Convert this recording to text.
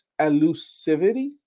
elusivity